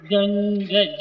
Ganga